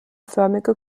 förmige